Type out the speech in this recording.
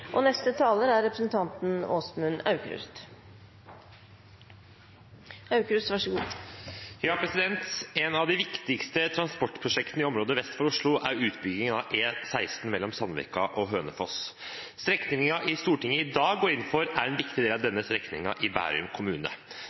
viktigste transportprosjektene i området vest for Oslo er utbyggingen av E16 mellom Sandvika og Hønefoss. Strekningen Stortinget i dag går inn for, er en viktig del av denne strekningen i Bærum kommune.